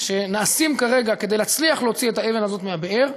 שנעשים כרגע כדי להצליח להוציא את האבן הזאת מהבאר,